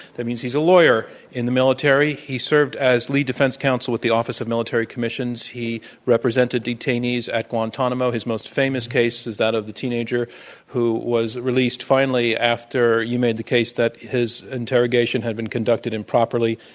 that means he's a lawyer in the military. he served as lead defense counsel at the office of military commissions. he represented detainees at guantanamo. his most famous case is that of the teenager who was released finally after you made the case that his interrogation had been conducted improperly.